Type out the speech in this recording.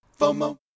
FOMO